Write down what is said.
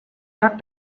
that